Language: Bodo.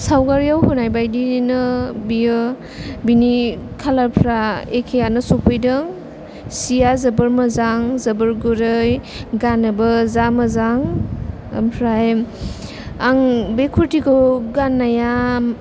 सावगारियाव होनाय बायदिनो बिनि कालार फोरा एखेयानो सफैदों सिया जोबोर मोजां जोबोर गुरै गाननोबो जा मोजां ओमफ्राय आं बे कुर्टिखौ गाननाया